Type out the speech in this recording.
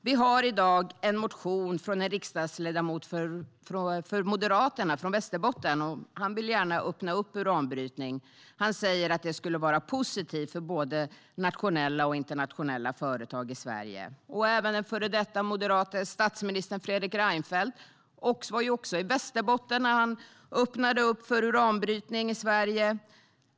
Vi har i dag en motion från en moderat riksdagsledamot från Västerbotten. Han vill gärna öppna upp för uranbrytning. Han säger att det skulle vara positivt för både nationella och internationella företag i Sverige.Den moderate före detta statsministern Fredrik Reinfeldt var också i Västerbotten och öppnade upp för uranbrytning i Sverige.